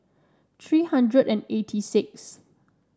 three hundred and eighty sixth